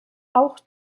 auch